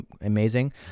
amazing